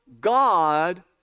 God